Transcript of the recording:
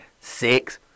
Six